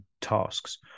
tasks